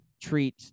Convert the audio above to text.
treat